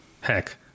Heck